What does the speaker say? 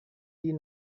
die